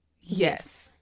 Yes